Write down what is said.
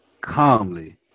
calmly